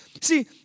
See